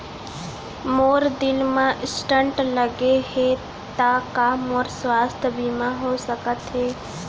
मोर दिल मा स्टन्ट लगे हे ता का मोर स्वास्थ बीमा हो सकत हे?